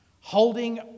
holding